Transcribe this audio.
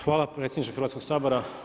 Hvala predsjedniče Hrvatskog sabora.